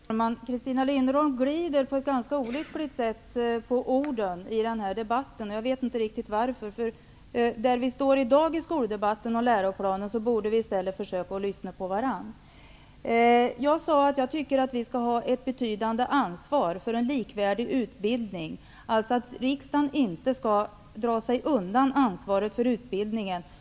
Herr talman! Christina Linderholm glider på ett ganska olyckligt sätt på orden i denna debatt. Jag vet inte riktigt varför. Med tanke på var vi står i dag i debatten om skolan och läroplanen borde vi i stället försöka lyssna på varandra. Jag tycker att vi skall ta ett betydande ansvar för att utbildningen skall vara likvärdig. Riksdagen skall inte dra sig undan ansvaret för utbildningen.